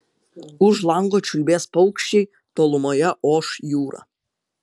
už lango čiulbės paukščiai tolumoje oš jūra